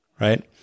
Right